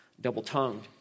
double-tongued